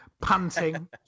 panting